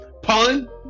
Pun